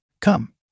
Come